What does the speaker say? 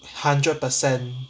hundred percent